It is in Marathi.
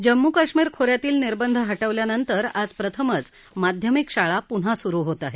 जम्मू कश्मीर खो यांतील निर्बंध हटवल्यानंतर आज प्रथमच माध्यमिक शाळा पुन्हा सुरु होत आहेत